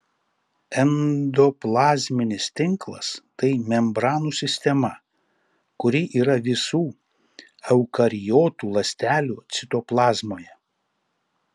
endoplazminis tinklas tai membranų sistema kuri yra visų eukariotų ląstelių citoplazmoje